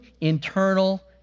internal